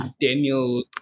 daniel